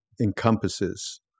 encompasses